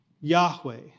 Yahweh